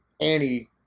Annie